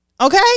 Okay